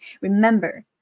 Remember